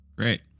Great